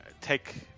take